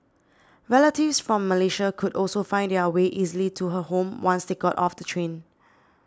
relatives from Malaysia could also find their way easily to her home once they got off the train